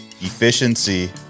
efficiency